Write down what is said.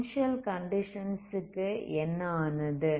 initial conditions க்கு என்ன ஆனது